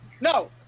No